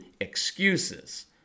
excuses